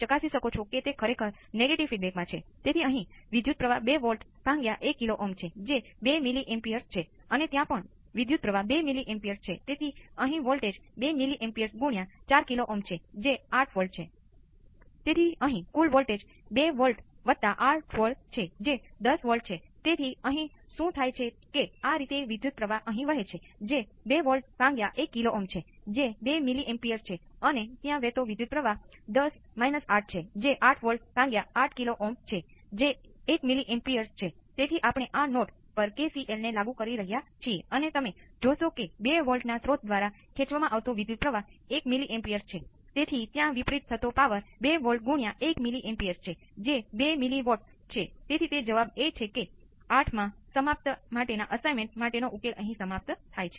કારણ કે inductor voltage ને લખી શકાય છે અથવા તેનું નિરીક્ષણ કરી શકાય છે